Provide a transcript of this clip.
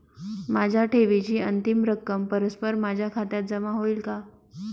माझ्या ठेवीची अंतिम रक्कम परस्पर माझ्या खात्यात जमा होईल का?